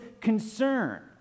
concern